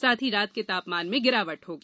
साथ ही रात के तापमान में गिरावट होगी